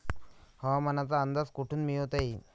हवामानाचा अंदाज कोठून मिळवता येईन?